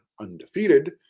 undefeated